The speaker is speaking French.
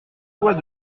bois